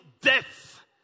death